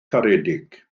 caredig